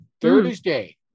Thursday